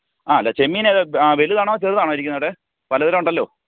ആ അല്ല ചെമ്മീൻ ഏത് വലുതാണോ ചെറുതാണോ ഇരിക്കുന്നേ അവിടെ പലതരം ഉണ്ടല്ലോ